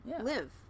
live